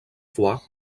fois